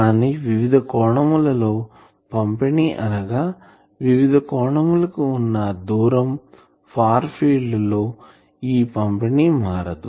కానీ వివిధ కోణముల లో పంపిణి అనగా వివిధ కోణములకి వున్నా దూరంఫార్ ఫీల్డ్ లో ఈ పంపిణి మారదు